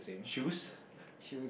shoes